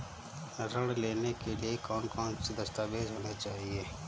ऋण लेने के लिए कौन कौन से दस्तावेज होने चाहिए?